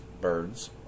birds